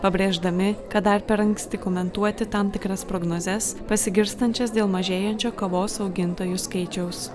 pabrėždami kad dar per anksti komentuoti tam tikras prognozes pasigirstančias dėl mažėjančio kavos augintojų skaičiaus